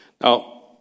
Now